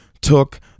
took